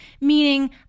meaning